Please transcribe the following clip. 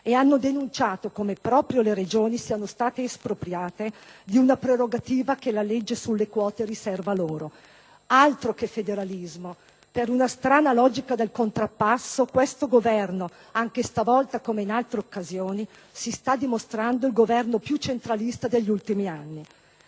decreto, denunciando come proprio le Regioni siano state espropriate di una prerogativa che la legge sulle quote riserva loro. Altro che federalismo! Per una strana logica del contrappasso questo Governo, anche stavolta come in altre occasioni, si sta dimostrando il Governo più centralista degli ultimi anni.